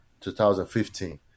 2015